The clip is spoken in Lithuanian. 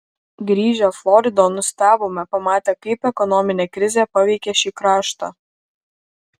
grįžę floridon nustebome pamatę kaip ekonominė krizė paveikė šį kraštą